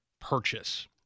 purchase